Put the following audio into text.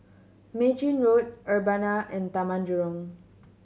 Mei Chin Road Urbana and Taman Jurong